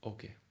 Okay